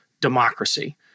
democracy